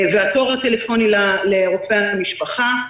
והתור הטלפוני לרופא המשפחה.